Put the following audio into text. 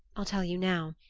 i'll tell you now.